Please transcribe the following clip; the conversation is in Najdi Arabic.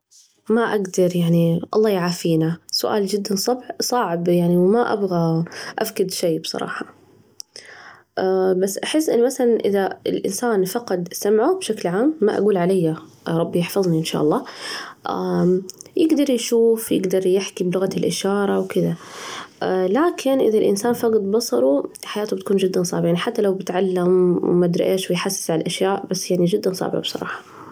ما أجدر يعني الله يعافينا، سؤال جداً صعب يعني وما أبغى أفقد شيء بصراحة، بس أحس إنه مثلاً إذا الإنسان فقد سمعه بشكل عام، ما أجول علي ربي يحفظني إن شاء الله، يجدر يشوف ويجدر يتواصل بلغة الإشارة وكده، لكن إذا الإنسان فجد بصره، حياته بتكون جداً صعبة، يعني حتى لو بتعلم وما أدري إيش ويحسس على الأشياء، بس يعني جداً صعبة بصراحة.